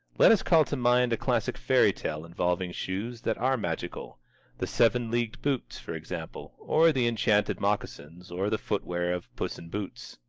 let us call to mind a classic fairy-tale involving shoes that are magical the seven leagued boots, for example, or the enchanted moccasins, or the footwear of puss in boots.